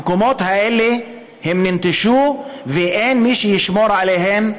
המקומות האלה ננטשו, ואין מי שישמור עליהם.